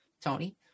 Tony